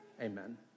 Amen